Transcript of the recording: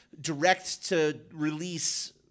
direct-to-release